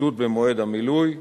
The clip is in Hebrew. בתלות במועד המילוי.